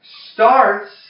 starts